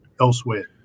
elsewhere